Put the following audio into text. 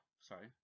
sorry